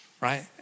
Right